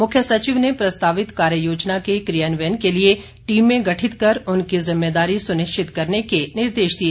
मुख्य सचिव ने प्रस्तावित कार्य योजना के कियान्वयन के लिए टीमें गठित कर उनकी ज़िम्मेदारी सुनिश्चित करने के निर्देश दिए